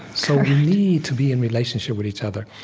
so we need to be in relationship with each other.